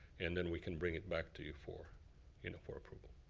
and then we can bring it back to you for you know for approval.